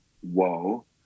whoa